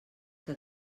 que